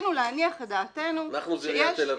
רצינו להניח את דעתנו -- אנחנו זה עיריית תל אביב.